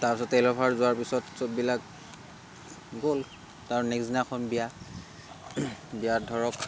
তাৰপিছত তেলৰ ভাৰ যোৱাৰ পিছত চববিলাক গ'ল তাৰ নেক্সট দিনাখন বিয়া বিয়াত ধৰক